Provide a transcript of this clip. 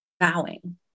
vowing